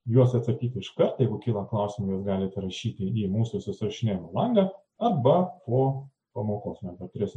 į juos atsakyti iškart jeigu kyla klausimų jūs galite rašyti į mūsų susirašinėjimų langą arba po pamokos metu turėsim